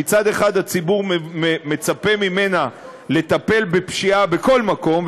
שמצד אחד הציבור מצפה ממנה לטפל בפשיעה בכל מקום,